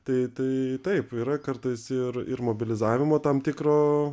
tai tai taip yra kartais ir ir mobilizavimo tam tikro